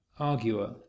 arguer